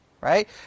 right